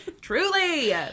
Truly